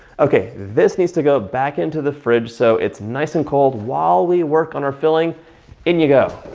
okay, this needs to go back into the fridge so it's nice and cold while we work on our filling in you go.